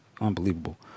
unbelievable